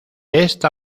esta